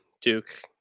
Duke